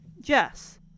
Jess